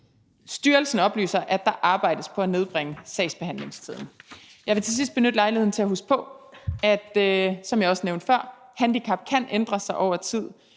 Styrelsen oplyser, at der arbejdes på at nedbringe sagsbehandlingstiden. Jeg vil til sidst benytte lejligheden til at minde om, at handicap, som jeg også